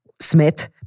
Smith